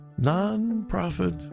Non-profit